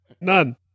None